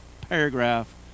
paragraph